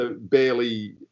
barely